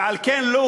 ועל כן,